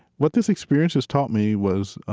what this experience has taught me was,